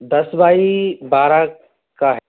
दस बाई बारह का है